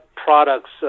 products